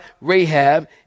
Rahab